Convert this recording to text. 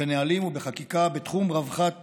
בנהלים ובחקיקה בתחום רווחת